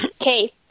Okay